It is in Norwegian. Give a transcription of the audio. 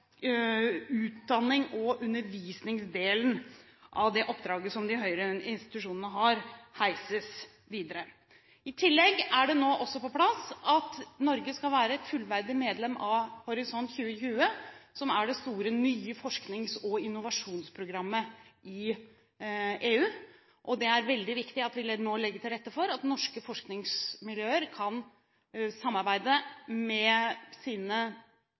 og undervisningsdelen av det oppdraget som de høyere institusjonene har, løftes videre. I tillegg er det nå også på plass at Norge skal være et fullverdig medlem av Horisont 2020, som er det store, nye forsknings- og innovasjonsprogrammet i EU. Det er veldig viktig at vi legger til rette for at norske forskningsmiljøer kan samarbeide med sine